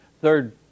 Third